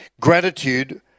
Gratitude